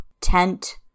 tent